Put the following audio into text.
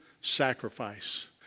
sacrifice